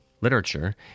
literature